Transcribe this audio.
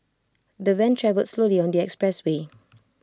the van travelled slowly on the expressway